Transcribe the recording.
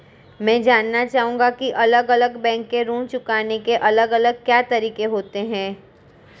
मैं जानना चाहूंगा की अलग अलग बैंक के ऋण चुकाने के अलग अलग क्या तरीके होते हैं?